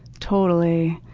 totally.